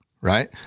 right